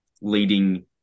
leading